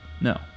No